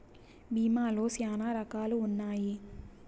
భీమా లో శ్యానా రకాలు ఉన్నాయి